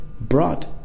brought